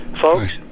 folks